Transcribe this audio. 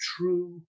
true